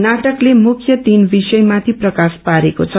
नाटकले मुख्य तीन विषय माथि प्रकाश पारेको छ